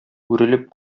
үрелеп